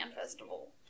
Festival